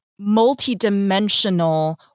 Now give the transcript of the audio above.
multidimensional